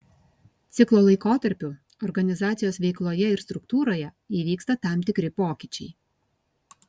ciklo laikotarpiu organizacijos veikloje ir struktūroje įvyksta tam tikri pokyčiai